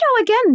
again